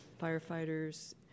firefighters